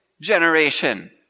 generation